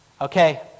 Okay